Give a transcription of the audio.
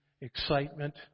excitement